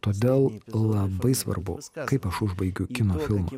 todėl labai svarbu kaip aš užbaigiu kino filmą